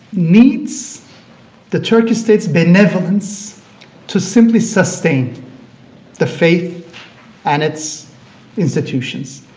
needs the turkish state's benevolence to simply sustain the faith and its institutions